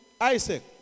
Isaac